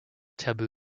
taboo